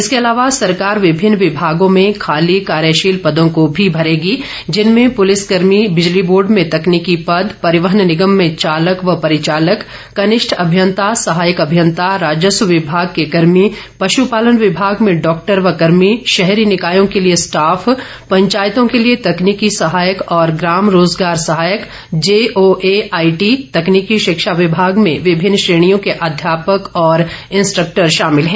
इसके अलावा सरकार विभिन्न विमागों में खाली कार्यशील पदों को भी भरेगी जिनमें पुलिस कर्मी बिजली बोर्ड में तकनीकी पद परिवहन निगम में चालक व परिचालक कनिष्ठ अभियंता सहायक अभियंता राजस्व विभाग के कर्मी पश्पालन विभाग में डॉक्टर व कर्मी शहरी निकायों के लिए स्टाफ पंचायतों के लिए तकनीकी सहायक और ग्राम रोजगार सहायक जेओए आईटी तकनीकी शिक्षा विभाग में विभिन्न श्रेणियों के अध्यापक और इंस्ट्रक्टर शामिल हैं